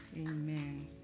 Amen